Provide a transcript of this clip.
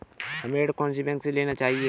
हमें ऋण कौन सी बैंक से लेना चाहिए?